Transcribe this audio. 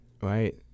right